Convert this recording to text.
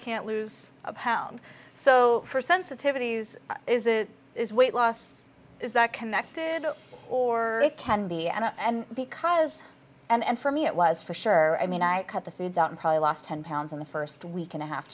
can't lose a pound so her sensitivities is weight loss is that connected or it can be and because and for me it was for sure i mean i cut the foods out and probably lost ten pounds in the first week and a half